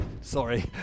sorry